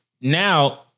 now